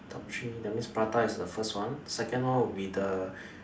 top three that means prata is the first one second one would be the